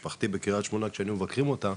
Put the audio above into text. ילד היינו מבקרים עם משפחתי בקרית שמונה,